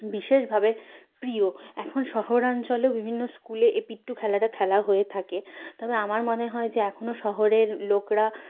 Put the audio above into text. বিশেষভাবে প্রিয় এখন শহরাঞ্চলেও বিভিন্ন স্কুলে এই পিট্টু খেলাটা খেলা হয়ে থাকে তবে আমার মনে হয় যে এখনও শহরের লোকরা